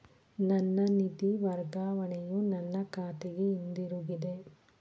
ನನ್ನ ನಿಧಿ ವರ್ಗಾವಣೆಯು ನನ್ನ ಖಾತೆಗೆ ಹಿಂತಿರುಗಿದೆ